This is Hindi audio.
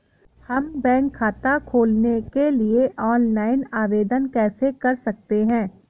हम बैंक खाता खोलने के लिए ऑनलाइन आवेदन कैसे कर सकते हैं?